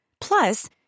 Plus